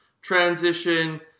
transition